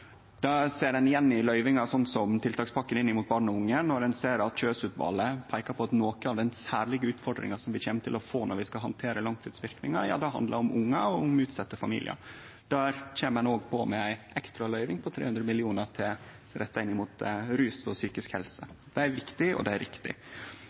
i tiltakspakka inn mot barn og unge, når ein ser at Kjøs-utvalet peikar på at noko at den særlege utfordringa vi kjem til å få når vi skal handtere langtidsverknadar, handlar om ungar og om utsette familiar. Der kjem ein òg på med ei ekstra løyving på 300 mill. kr retta inn mot rus og psykisk